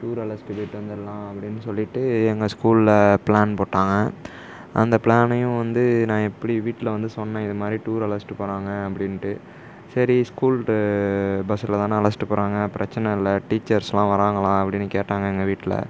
tour அழைச்சிட்டு போய்ட்டு வந்துடலாம் அப்படின்னு சொல்லிவிட்டு எங்கள் ஸ்கூலில் பிளான் போட்டாங்க அந்த பிளானையும் வந்து நான் இப்படி வீட்டில் வந்து சொன்னேன் இது மாதிரி டூர் அழைச்சிட்டு போகிறாங்க அப்படினுட்டு சரி ஸ்கூல்ட்ட பஸ்ஸில் தான் அழைச்சிட்டு போகிறாங்க பிரச்சனை இல்லை டீச்சர்ஸ்லாம் வராங்களா அப்படின்னு கேட்டாங்க எங்கள் வீட்டில்